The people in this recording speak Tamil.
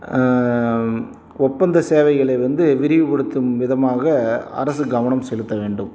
ஒப்பந்த சேவைகளை வந்து விரிவுப்படுத்தும் விதமாக அரசு கவனம் செலுத்த வேண்டும்